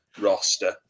roster